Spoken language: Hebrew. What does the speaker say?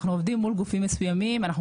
אנחנו עובדים מול גופים מסוימים ואנחנו